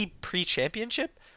pre-championship